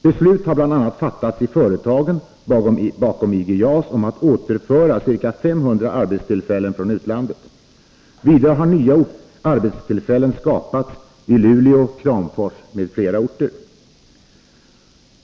Beslut har bl.a. fattats i företagen bakom IG JAS om att återföra ca 500 arbetstillfällen från utlandet. Vidare har nya arbetstillfällen skapats i Luleå, Kramfors m.fl. orter.